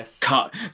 cut